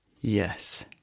Yes